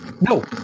No